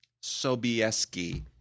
Sobieski